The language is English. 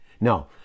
No